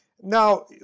Now